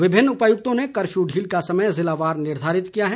विभिन्न उपायुक्तों ने कर्फ्यू ढील का समय जिलावार निर्धारित किया है